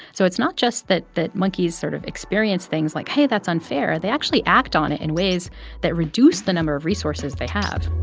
so it's not just that that monkeys sort of experience things like, hey, that's unfair. they actually act on it in ways that reduce the number of resources they have